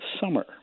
summer